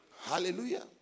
Hallelujah